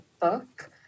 book